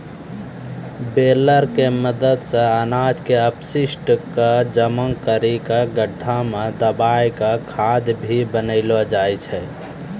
baler के मदद सॅ अनाज के अपशिष्ट क जमा करी कॅ गड्ढा मॅ दबाय क खाद भी बनैलो जाय छै